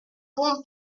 bon